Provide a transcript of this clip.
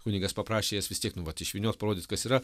kunigas paprašė jas vis tiek nu vat išvyniot parodyt kas yra